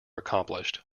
accomplished